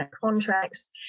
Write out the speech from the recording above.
contracts